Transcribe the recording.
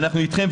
אנחנו אתכם,